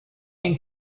and